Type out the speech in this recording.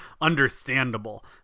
understandable